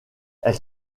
elle